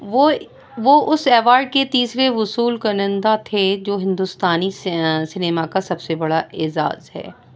وہ وہ اس ایوارڈ کے تیسرے وصول کنندہ تھے جو ہندوستانی سے سنیما کا سب سے بڑا اعزاز ہے